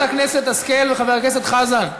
חברת הכנסת השכל וחבר הכנסת חזן,